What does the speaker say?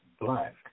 Black